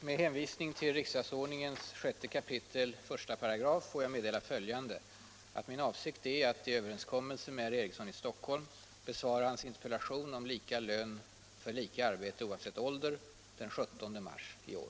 Herr talman! Med hänvisning till riksdagsordningens 6 kap. 13 får jag meddela följande. Min avsikt är att enligt överenskommelse med herr Eriksson i Stockholm besvara hans interpellation om lika lön för lika arbete oavsett ålder den 17 mars i år.